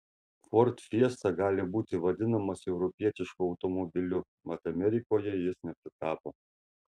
ford fiesta gali būti vadinamas europietišku automobiliu mat amerikoje jis nepritapo